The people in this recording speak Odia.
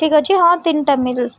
ଠିକ୍ ଅଛି ହଁ ତିନିଟା ମିଲ୍